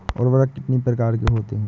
उर्वरक कितनी प्रकार के होते हैं?